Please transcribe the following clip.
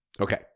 Okay